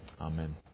Amen